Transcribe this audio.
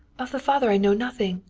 of the father i know nothing,